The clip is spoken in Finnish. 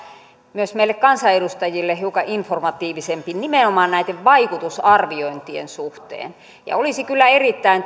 myös meille kansanedustajille hiukan informatiivisempi nimenomaan näiden vaikutusarviointien suhteen ja olisi kyllä erittäin